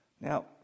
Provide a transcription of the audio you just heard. Now